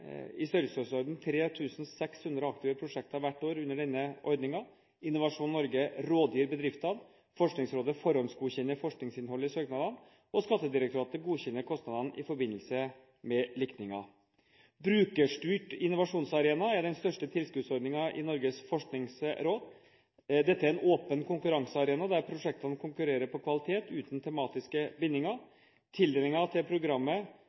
i størrelsesorden 3 600 aktive prosjekter hvert år under denne ordningen. Innovasjon Norge rådgir bedriftene, Forskningsrådet forhåndsgodkjenner forskningsinnholdet i søknadene, og Skattedirektoratet godkjenner kostnadene i forbindelse med ligningen. Brukerstyrt innovasjonsarena er den største tilskuddsordningen i Norges forskningsråd. Dette er en åpen konkurransearena der prosjektene konkurrerer på kvalitet uten tematiske bindinger. Tildelingen til programmet